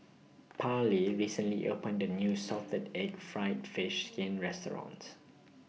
Parlee recently opened A New Salted Egg Fried Fish Skin Restaurant